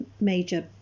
major